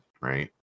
right